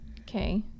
Okay